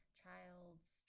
child's